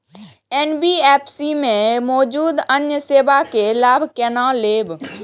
NBFC में मौजूद अन्य सेवा के लाभ केना लैब?